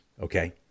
okay